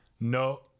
No